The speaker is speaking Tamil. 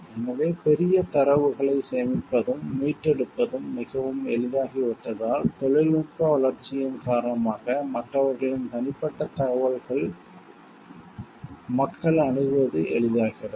எனவே பெரிய தரவுகளை சேமிப்பதும் மீட்டெடுப்பதும் மிகவும் எளிதாகிவிட்டதால் தொழில்நுட்ப வளர்ச்சியின் காரணமாக மற்றவர்களின் தனிப்பட்ட தகவல்களை மக்கள் அணுகுவது எளிதாகிறது